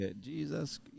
Jesus